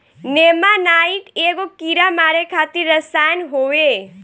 नेमानाइट एगो कीड़ा मारे खातिर रसायन होवे